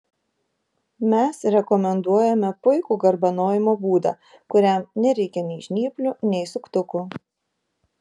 mes rekomenduojame puikų garbanojimo būdą kuriam nereikia nei žnyplių nei suktukų